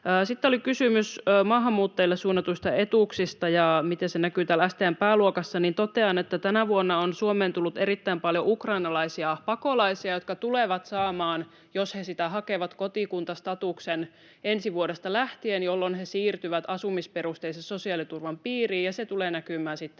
Sitten oli kysymys maahanmuuttajille suunnatuista etuuksista ja siitä, miten ne näkyvät täällä STM:n pääluokassa. Totean, että tänä vuonna on Suomeen tullut erittäin paljon ukrainalaisia pakolaisia, jotka tulevat saamaan, jos he sitä hakevat, kotikuntastatuksen ensi vuodesta lähtien, jolloin he siirtyvät asumisperusteisen sosiaaliturvan piiriin, ja se tulee näkymään sitten